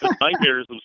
nightmares